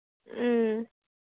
ꯎꯝ